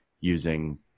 using